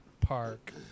Park